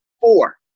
four